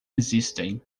existem